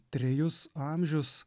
trejus amžius